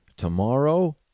Tomorrow